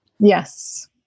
Yes